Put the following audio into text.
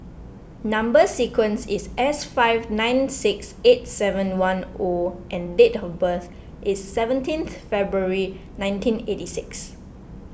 Number Sequence is S four five nine six eight seven one O and date of birth is seventeenth February nineteen eighty six